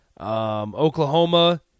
Oklahoma